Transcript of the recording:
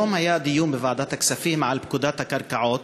היום היה דיון בוועדת הכספים על פקודת הקרקעות,